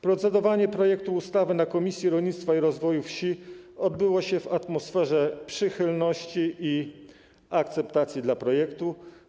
Procedowanie projektu ustawy w Komisji Rolnictwa i Rozwoju Wsi odbyło się w atmosferze przychylności i akceptacji dla projektu.